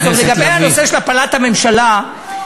חברת הכנסת לביא.